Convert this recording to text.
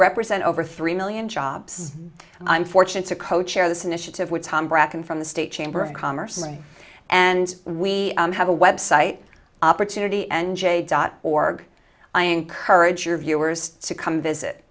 represent over three million jobs i'm fortunate to co chair this initiative with tom bracken from the state chamber of commerce and we have a wet site opportunity n j dot org i encourage your viewers to come visit